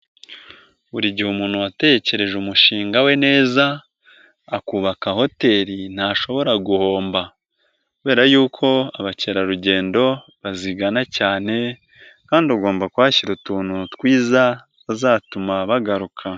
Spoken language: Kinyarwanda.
Buri gihe umuntu watekereje umushinga we neza, akubaka hoteli ntashobora guhomba kubera yuko abakerarugendo bazigana cyane kandi ugomba kuhashyira utuntu twiza tuzatuma bagaruka.